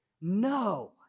No